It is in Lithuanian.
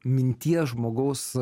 minties žmogaus